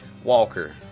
Walker